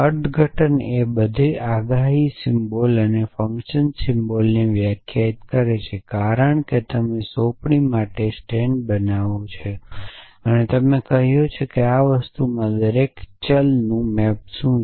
અર્થઘટન એ બધા આગાહી સિમ્બોલ અને ફંક્શન સિમ્બોલને વ્યાખ્યાયિત કરે છે કારણ કે તમે સોંપણી માટેનો સ્ટેન્ડ તમને કહે છે કે આ વસ્તુમાં દરેક ચલ શું મેપ છે